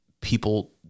people